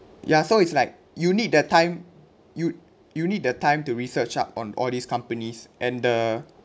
ya so it's like you need the time you you need the time to research up on all these companies and the